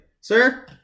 sir